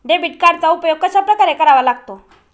Debit कार्डचा उपयोग कशाप्रकारे करावा लागतो?